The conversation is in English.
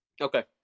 Okay